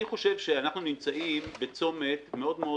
אני חושב שאנחנו נמצאים בצומת מאוד מאוד